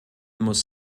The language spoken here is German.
muss